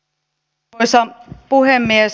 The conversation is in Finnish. arvoisa puhemies